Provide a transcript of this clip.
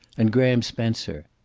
and graham spencer.